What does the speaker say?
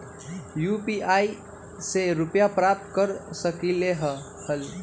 UPI से रुपए प्राप्त कर सकलीहल?